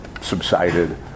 subsided